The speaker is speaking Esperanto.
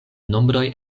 nombroj